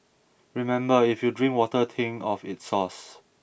remember if you drink water think of its source